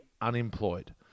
unemployed